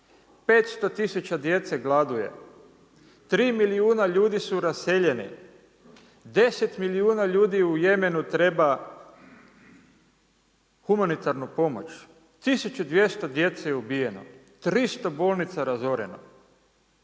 500 tisuća djece gladuje, 3 milijuna ljudi su raseljeni, 10 milijuna ljudi u Jemenu treba humanitarnu pomoć, 1200 djece je ubijeno, 300 bolnica razoreno